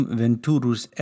venturus